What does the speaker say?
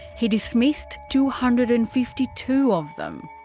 he dismissed two hundred and fifty two of them.